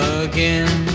again